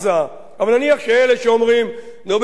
אבל נניח שאלה שאומרים: נו, בסדר,